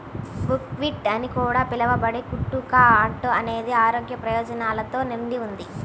buckwheat అని కూడా పిలవబడే కుట్టు కా అట్ట అనేది ఆరోగ్య ప్రయోజనాలతో నిండి ఉంది